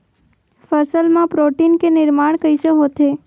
फसल मा प्रोटीन के निर्माण कइसे होथे?